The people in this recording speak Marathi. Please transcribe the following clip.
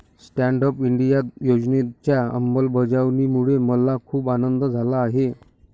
स्टँड अप इंडिया योजनेच्या अंमलबजावणीमुळे मला खूप आनंद झाला आहे